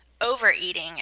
overeating